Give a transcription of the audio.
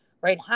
right